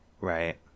Right